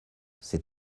c’est